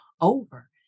over